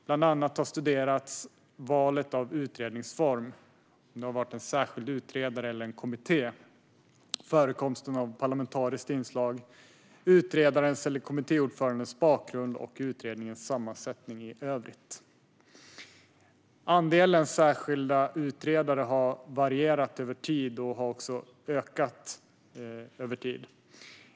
Bland annat har studerats valet av utredningsform, om det har varit en särskild utredare eller en kommitté, förekomsten av parlamentariskt inslag, utredarens eller kommittéordförandens bakgrund och utredningens sammansättning i övrigt. Andelen särskilda utredare har varierat över tid och har också ökat med tiden.